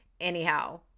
anyhow